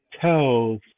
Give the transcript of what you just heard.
tells